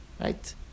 Right